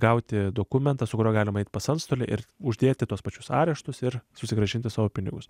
gauti dokumentą su kuriuo galim eit pas antstolį ir uždėti tuos pačius areštus ir susigrąžinti savo pinigus